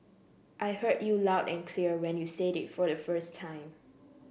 I heard you loud and clear when you said it for the first time